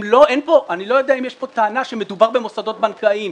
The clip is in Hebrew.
אני לא יודע אם יש פה טענה שמדובר במוסדות בנקאיים,